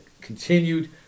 continued